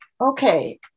Okay